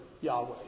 Yahweh